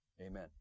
Amen